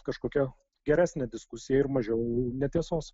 kažkokią geresnę diskusiją ir mažiau netiesos